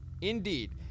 Indeed